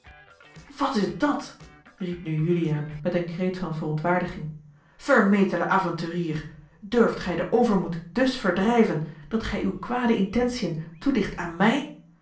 wat is dat riep nu juliaan met een kreet van verontwaardiging vermetele avonturier durft gij den overmoed dus verdrijven dat gij uwe kwade intentiën toedicht aan mij